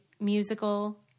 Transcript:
musical